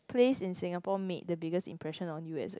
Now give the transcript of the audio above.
place in Singapore made the biggest impression on you as a